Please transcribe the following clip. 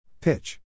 Pitch